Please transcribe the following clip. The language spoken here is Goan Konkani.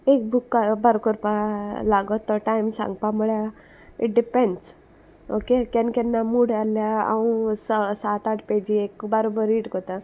एक बूक काबार कोरपा लागोत तो टायम सांगपा म्हूळ्या इट डिपेंड्स ओके केन्ना केन्ना मूड आहल्यार आंव सात आठ पेजी एक बारबोर रीड कोत्ता